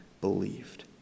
believed